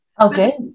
Okay